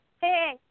hey